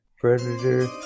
Predator